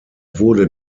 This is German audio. wurde